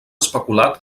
especulat